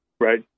right